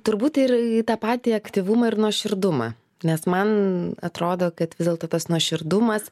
turbūt ir į tą patį aktyvumą ir nuoširdumą nes man atrodo kad vis dėlto tas nuoširdumas